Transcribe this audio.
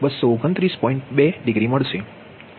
2 degree મળશે